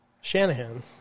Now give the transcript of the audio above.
Shanahan